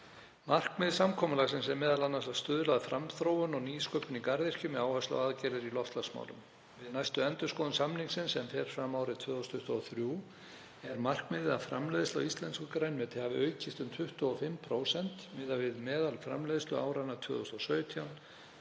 Markmið samkomulagsins er m.a. að stuðla að framþróun og nýsköpun í garðyrkju með áherslu á aðgerðir í loftslagsmálum. Við næstu endurskoðun samningsins, sem fram fer árið 2023, er markmiðið að framleiðsla á íslensku grænmeti hafi aukist um 25% miðað við meðalframleiðslu áranna